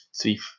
three